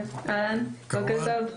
כן, בוקר טוב.